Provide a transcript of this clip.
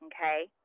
okay